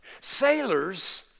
Sailors